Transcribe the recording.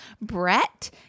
Brett